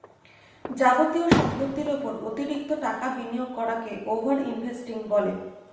যাবতীয় সম্পত্তির উপর অতিরিক্ত টাকা বিনিয়োগ করাকে ওভার ইনভেস্টিং বলে